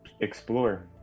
Explore